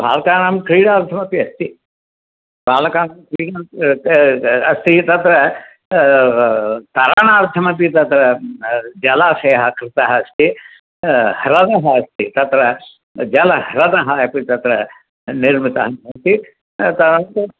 बालकानां क्रीडार्थमपि अस्ति बालकानां क्री द् द् अस्ति तत्र तरणार्थमपि तद् जलाशयः कृतः अस्ति ह्रदः अस्ति तत्र जलह्रदः तत्र निर्मितः अस्ति तदन्